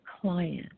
client